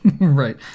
Right